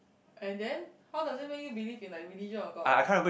and then how does it make you believe in like religion or God